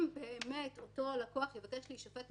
אם באמת אותו לקוח יבקש להישפט,